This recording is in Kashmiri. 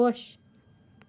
خۄش